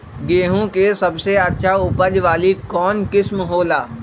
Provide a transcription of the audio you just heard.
गेंहू के सबसे अच्छा उपज वाली कौन किस्म हो ला?